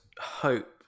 hope